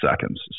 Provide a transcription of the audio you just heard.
seconds